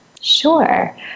Sure